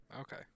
Okay